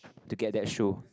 to get that shoe